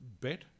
bet